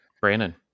Brandon